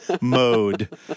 mode